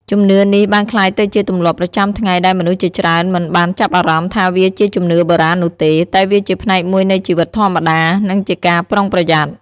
ជំនឿនេះបានក្លាយទៅជាទម្លាប់ប្រចាំថ្ងៃដែលមនុស្សជាច្រើនមិនបានចាប់អារម្មណ៍ថាវាជាជំនឿបុរាណនោះទេ តែវាជាផ្នែកមួយនៃជីវិតធម្មតា និងជាការប្រុងប្រយ័ត្ន។